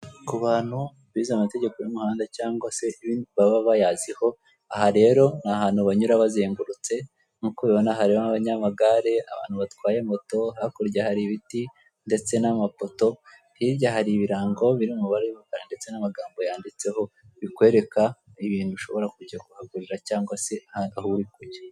Ku bantu bize amategeko y'umuhanda cyangwa se ibindi baba bayaziho, aha rero ni ahantu banyura bazengurutse, nk'uko ubibona hari abanyamagare, abantu batwaye moto, hakurya hari ibiti ndetse n'amapoto, hirya hari ibirango biri mu mabara y'umukara ndetse n'amagambo yanditseho bikwereka ibintu ushobora kujya kuhagurira cyangwa se aho uri kujya.